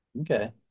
Okay